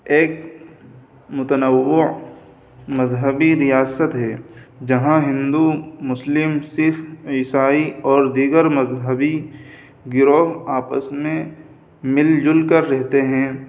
ایک متنوع مذہبی ریاست ہے جہاں ہندو مسلم سکھ عیسائی اور دیگر مذہبی گروہ آپس میں مل جل کر رہتے ہیں